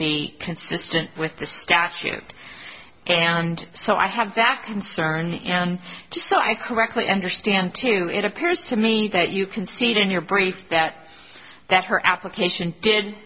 be consistent with the statute and so i have that concern just so i correctly understand to it appears to me that you concede in your brief that that her application did